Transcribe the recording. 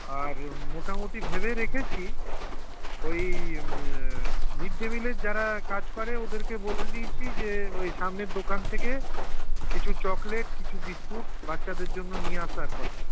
আর মোটামুটি ভেবে রেখেছি ওই মিড ডে মিলের যারা কাজ করে ওদের কে বলে দিয়েছি যে ওই সামনের দোকান থেকে কিছু চকলেট কিছু বিস্কুট বাচ্চাদের জন্য নিয়ে আসার কথা